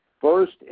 First